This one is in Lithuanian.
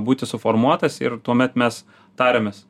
būti suformuotas ir tuomet mes tariamės